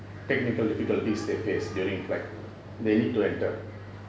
technical difficulties they face during like they need to enter